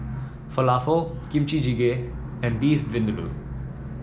Falafel Kimchi Jjigae and Beef Vindaloo